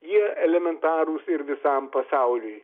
jie elementarūs ir visam pasauliui